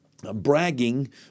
Bragging